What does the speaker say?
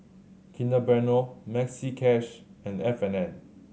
Kinder Bueno Maxi Cash and F and N